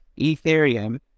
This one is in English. ethereum